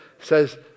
says